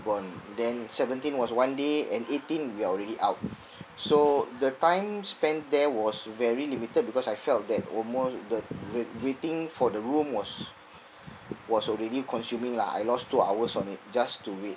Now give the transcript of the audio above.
gone then seventeen was one day and eighteen we already out so the time spent there was very limited because I felt that almost of the wait waiting for the room was was already consuming lah I lost two hours on it just to wait